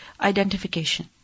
identification